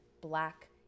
black